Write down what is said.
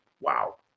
wow